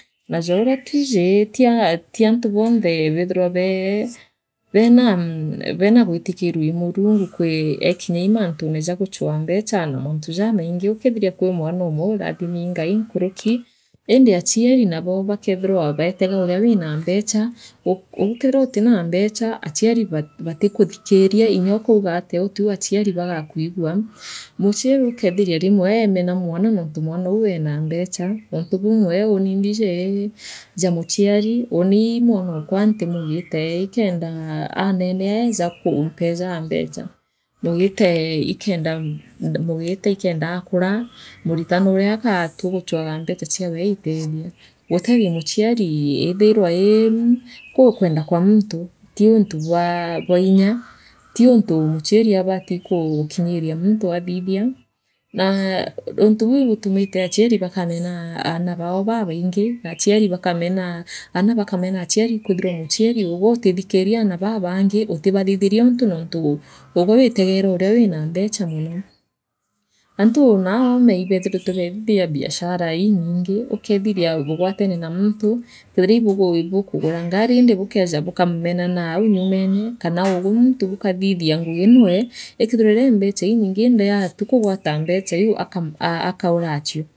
Na ta urea twiiji ti antu bonthe beethirwa bee bena gwitikirua ii murungu kwi kinya ii mantune ja guchoa mbecha na mantu uamaingi uketheria kwi mwaana omwe urathimu iii ngai nkuruki, lindi aciari nabo bakethira beetega urea wina mbela, weethirwa athira mbecha, aciari batikuthikiria, inya ukaugu atea utio aciari bagaakwigua, muaciari ukeethiira rimwe eemena mwana oontu mwana oou eena mbeca, untu bumwe uuni mbiji, ja mvaari, uuni mwanokwa ntimugiite keenda aanene eeja kumpojaa mbeca, mugiite ikenda, mugite ikenda akura muritana urea agatua guchuaga mbeca ciawe aitheethie. Uteethia muciari eethairwa ii uo kwenda kwa muntu. Ii untu bwa inya, ti untu muciari abati kuu gukinyiria muntu athithia, naa untu buu ibutumite aciari bakamenana na aana bao babaingi, na aciari bakamenana, aana baa bangi, utibathithiria untu nontu uugwe wiltegera ure wino mbecha mono. Antu naaome, kethira bukugura ngari iindi bukeja bukamenana aau nyumene, kana uugwe muntu ukathithia ngugi nee, ikeethirwa iria mbecha linyingi indi aatua kugwata mbecha iu akaura acio.